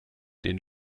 den